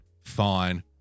Fine